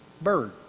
bird